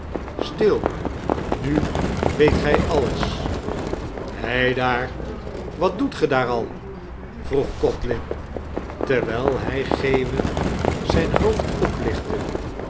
stil nu weet gij alles heidaar wat doet ge daar al vroeg codlin terwijl hij geeuwend zijn hoofd oplichtte